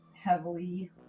heavily